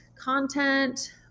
content